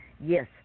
Yes